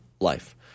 Life